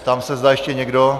Ptám se, zda ještě někdo...?